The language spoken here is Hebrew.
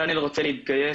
דניאל רוצה להתגייס,